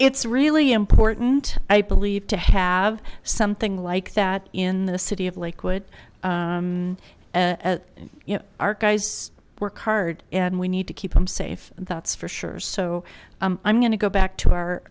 it's really important i believe to have something like that in the city of lakewood and you know archives work hard and we need to keep them safe that's for sure so i'm going to go back to our